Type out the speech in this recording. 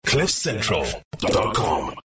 CliffCentral.com